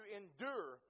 endure